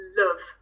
love